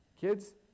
Kids